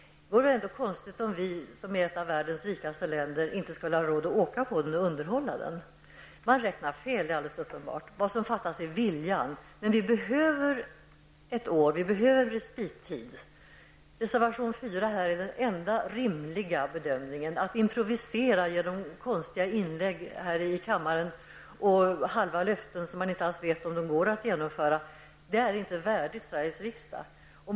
Det vore väl ändå konstigt om vi, i ett av världens rikaste länder, inte skulle ha råd att åka på den och underhålla den. Man räknar fel -- det är alldeles uppenbart. Vad som fattas är viljan. Men vi behöver ett år -- vi behöver respittid. Reservation 4 innebär här den enda rimliga bedömningen. Att improvisera genom konstiga inlägg här i kammaren och halva löften som man inte alls vet om de går att genomföra är inte värdigt Sveriges riksdag.